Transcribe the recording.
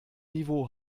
niveau